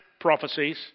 prophecies